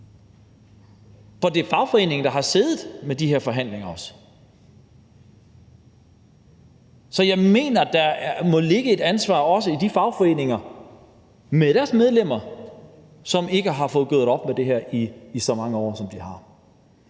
år? Det er fagforeningerne, der har siddet med de her forhandlinger, så jeg mener, at der også må ligge et ansvar hos de fagforeninger med de medlemmer, som ikke har fået gjort op med det her i så mange år. Jeg kan